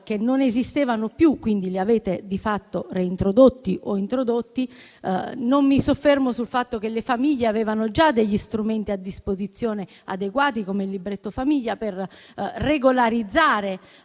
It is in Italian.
che non esistevano più - quindi li avete, di fatto, reintrodotti o introdotti - non mi soffermo sul fatto che le famiglie avevano già degli strumenti a disposizione adeguati, come il libretto famiglia, per regolarizzare